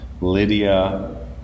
Lydia